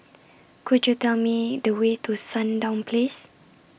Could YOU Tell Me The Way to Sandown Place